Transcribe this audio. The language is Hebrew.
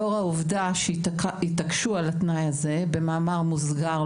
לאור העובדה שהתעקשו על התנאי הזה במאמר מוסגר,